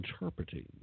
interpreting